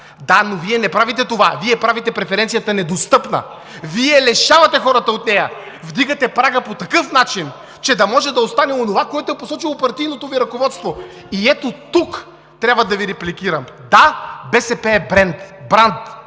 Да, но Вие не правите това. Вие правите преференцията недостъпна! Вие лишавате хората от нея! Вдигате прага по такъв начин, че да може да остане онова, което е посочило партийното Ви ръководство. И ето тук трябва да Ви репликирам – да, БСП е бренд,